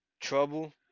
trouble